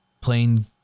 playing